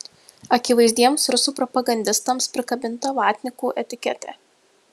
akivaizdiems rusų propagandistams prikabinta vatnikų etiketė